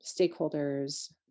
stakeholders